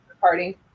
Party